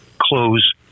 close